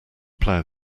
plough